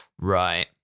Right